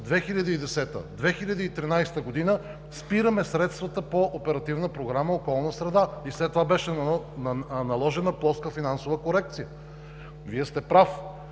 2010 – 2013 г. спираме средствата по Оперативна програма „Околна среда“.“ И след това беше наложена плоска финансова корекция. Вие сте прав